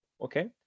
okay